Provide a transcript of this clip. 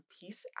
peace